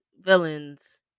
villains